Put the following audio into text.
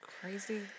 crazy